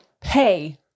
pay